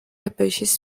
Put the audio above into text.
herbaceous